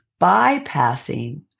bypassing